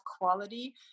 quality